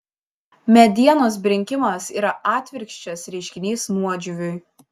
medienos brinkimas yra atvirkščias reiškinys nuodžiūviui